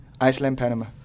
Iceland-Panama